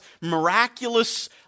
miraculous